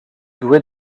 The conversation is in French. doué